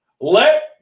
Let